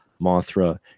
Mothra